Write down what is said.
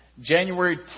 January